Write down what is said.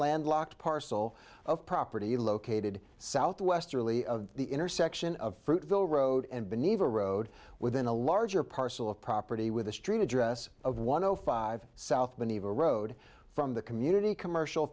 landlocked parcel of property located south westerly of the intersection of fruitvale road and been eva road within a larger parcel of property with a street address of one o five south believe a road from the community commercial